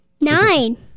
Nine